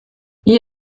hier